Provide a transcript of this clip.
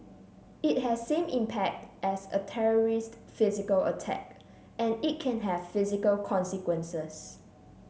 it has same impact as a terrorist physical attack and it can have physical consequences